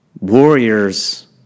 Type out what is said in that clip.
warriors